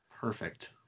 Perfect